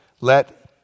Let